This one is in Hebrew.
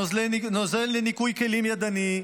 נוזל לניקוי כלים ידני,